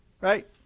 Right